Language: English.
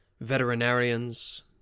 veterinarians